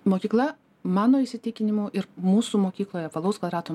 mokykla mano įsitikinimu ir mūsų mokykloje apvalaus kvadrato